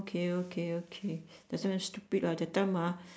okay okay okay that's why stupid lah that time ah